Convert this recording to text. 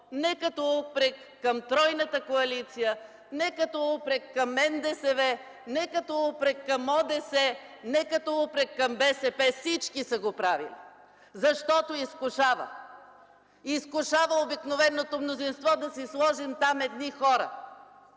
не като упрек към тройната коалиция, не като упрек към НДСВ, не като упрек към ОДС, не като упрек към БСП. Всички са го правили, защото изкушава. Изкушава обикновеното мнозинство да си сложим там едни хора,